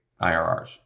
irrs